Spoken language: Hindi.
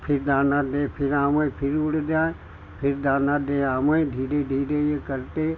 फिर दाना दें फिर आए फिर उड़ जाए फिर दाना दें आए धीरे धीरे यह करते